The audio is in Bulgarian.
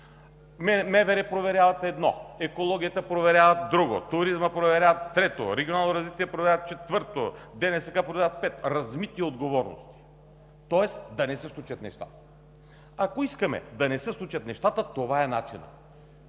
МВР проверяват едно, екологията проверяват друго, туризмът проверяват трето, регионалното развитие проверяват четвърто, ДНСК проверяват пето – размити отговорности, тоест да не се случат нещата. Ако искаме да не се случат нещата, това е начинът!